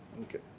Okay